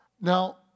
Now